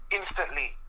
instantly